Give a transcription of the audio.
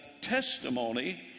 testimony